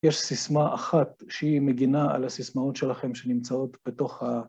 יש סיסמה אחת שהיא מגינה על הסיסמאות שלכם שנמצאות בתוך ה...